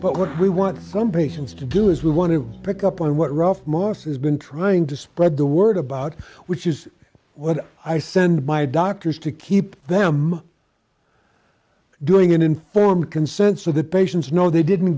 but what we want some patients to do is we want to pick up on what ralph moss has been trying to spread the word about which is what i send my doctors to keep them doing an informed consent so that patients know they didn't